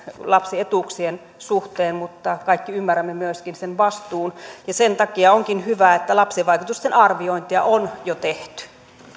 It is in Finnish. lapsietuuksien suhteen mutta kaikki ymmärrämme myöskin sen vastuun ja sen takia onkin hyvä että lapsivaikutusten arviointia on jo tehty